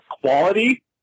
quality